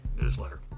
newsletter